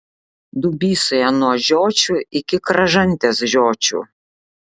dubysoje nuo žiočių iki kražantės žiočių